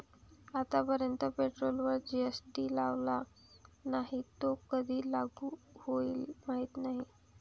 आतापर्यंत पेट्रोलवर जी.एस.टी लावला नाही, तो कधी लागू होईल माहीत नाही